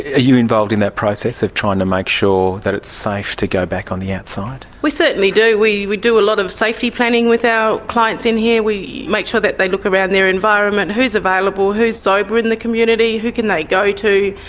ah you involved in that process of trying to make sure that it's safe to go back on the outside? we certainly do, we we do a lot of safety planning with our clients in here. we make sure that they look around their environment, who is available, who's sober in the community, who can they go to,